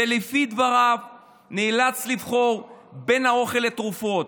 ולפי דבריו הוא נאלץ לבחור בין אוכל לתרופות.